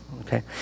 Okay